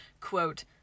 quote